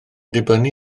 dibynnu